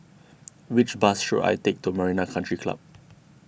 which bus should I take to Marina Country Club